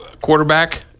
quarterback